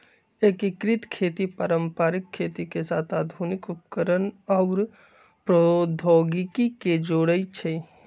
एकीकृत खेती पारंपरिक खेती के साथ आधुनिक उपकरणअउर प्रौधोगोकी के जोरई छई